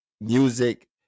music